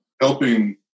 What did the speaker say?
helping